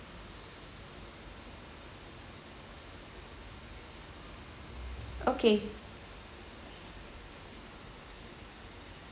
okay